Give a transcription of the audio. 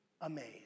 amazed